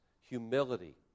humility